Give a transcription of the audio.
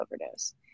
overdose